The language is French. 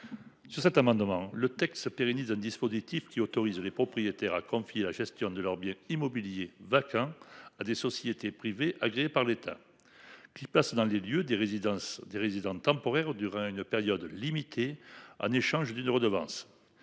Sur cet amendement, le texte pérennise un dispositif qui autorise les propriétaires a confié la gestion de leurs biens immobiliers vaccin à des sociétés privées, agréées par l'État. Qui passe dans des lieux des résidences des résidents temporaires du Rhin une période limitée en échange d'une redevance